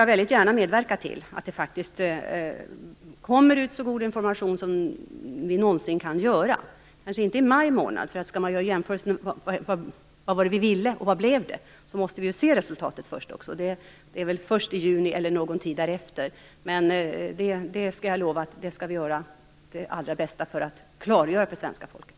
Jag vill gärna medverka till att det kommer ut så god information som det någonsin går. Men kanske inte i maj månad. Skall det göras en jämförelse mellan vad vi ville och vad det blev, måste vi först se resultatet. Det är först i juni eller någon tid därefter. Men jag lovar att vi skall göra vårt allra bästa för att klargöra denna fråga för svenska folket.